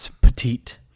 petite